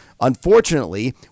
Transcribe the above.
Unfortunately